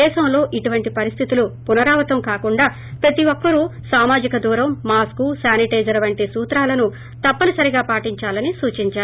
దేశంలో ఇటువంటి పరిస్దితులు పునరావృతం కాకుండా ప్రతి ఒక్కరూ సామజిక దూరం మాస్కు శానిటైజర్ వంటి సూత్రాలను తప్పనిసరిగా పాటించాలని సూచించారు